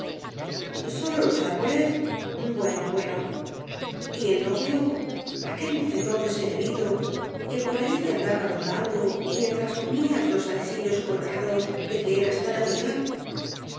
campo sólo los árboles bueno bueno y el novio aquel mocetón de señorito que por allí te andaba rondando mientras comías los anisillos colorados de que eras tan amiga